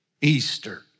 Easter